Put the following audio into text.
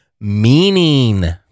meaning